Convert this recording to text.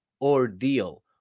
ordeal